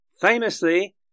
Famously